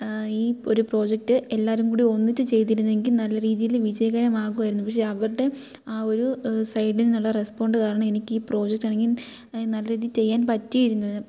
ഈ ഒരു പ്രോജക്റ്റ് എല്ലാവരും കൂടി ഒന്നിച്ച് ചെയ്തിരുന്നെങ്കിൽ നല്ല രീതിയിൽ വിജയകരമാകുമായിരുന്നു പക്ഷേ അവർടെ ആ ഒരു സൈഡിന്നുള്ള റെസ്പോണ്ട് കാരണം എനിക്ക് ഈ ഒരു പ്രോജക്റ്റാണെങ്കിൽ നല്ല രീതിയിൽ ചെയ്യാൻ പറ്റിയില്ല